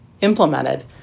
implemented